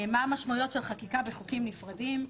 מה המשמעויות של חקיקה בחוקים נפרדים,